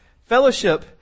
fellowship